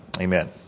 Amen